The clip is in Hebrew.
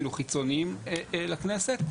אפילו חיצוניים לכנסת.